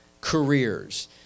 careers